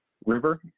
river